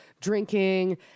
drinking